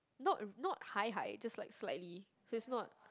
not not high high it's just like slightly so it's not